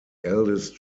eldest